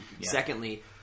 Secondly